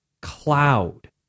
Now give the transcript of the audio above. cloud